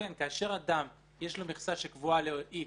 וכאשר לאדם יש מכסה קבועה ל-X,